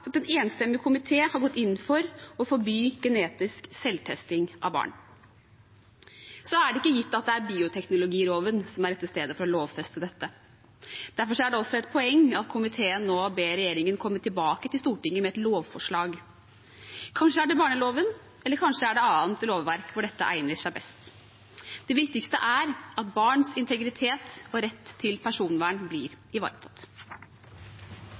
at en enstemmig komité har gått inn for å forby genetisk selvtesting av barn. Så er det ikke gitt at det er bioteknologiloven som er rette stedet for å lovfeste dette. Derfor er det også et poeng at komiteen nå ber regjeringen komme tilbake til Stortinget med et lovforslag. Kanskje er det barneloven, eller kanskje er det et annet lovverk der dette egner seg best. Det viktigste er at barns integritet og rett til personvern blir ivaretatt.